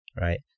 Right